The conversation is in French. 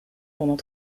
pendant